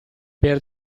per